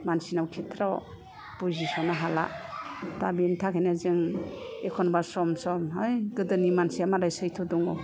मानसिनाव खेथ्रयाव बुजिस'नो हाला दा बेनि थाखायनो जों एखनब्ला सम सम है गोदोनि मानसिया मालाय सैट्र' दं